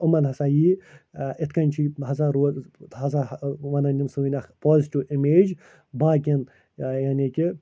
یِمَن ہَسا ییٖیہِ ٲں یِتھ کٔنۍ چھُ یہِ ہَسا روز ہَسا ٲں وَنَن یِم سٲنۍ اَکھ پازٹِو امیج باقیَن یعنی کہِ